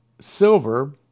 Silver